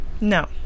No